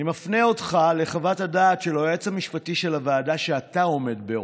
אני מפנה אותך לחוות הדעת של היועץ המשפטי של הוועדה שאתה עומד בראשה,